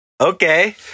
Okay